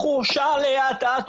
בחורשה ליד ---,